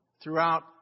throughout